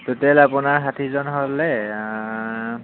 total আপোনাৰ ষাঠিজন হ'লে